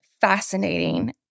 fascinating